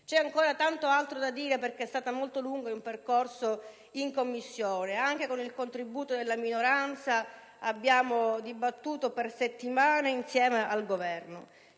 C'è ancora tanto altro da dire perché è stato molto lungo il percorso in Commissione. Anche con il contributo della minoranza abbiamo dibattuto per settimane insieme al Governo.